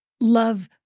Love